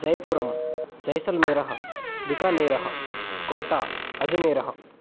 जयपुरम् जैसल्मेरः बिकानेरः कोटा अजमेरः